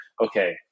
okay